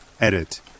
Edit